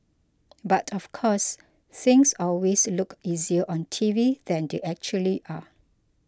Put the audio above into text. but of course things always look easier on TV than they actually are